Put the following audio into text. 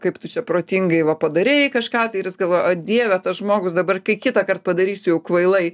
kaip tu čia protingai va padarei kažką tai ir jis galvoja o dieve tas žmogus dabar kai kitąkart padarysiu jau kvailai